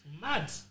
mad